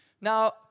Now